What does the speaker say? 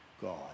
God